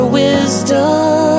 wisdom